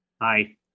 Hi